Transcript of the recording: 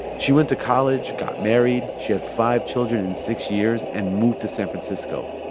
she went to college, got married, she had five children in six years and moved to san francisco.